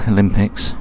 Olympics